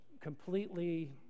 completely